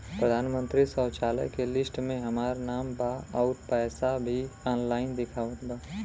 प्रधानमंत्री शौचालय के लिस्ट में हमार नाम बा अउर पैसा भी ऑनलाइन दिखावत बा